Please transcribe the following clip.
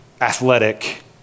athletic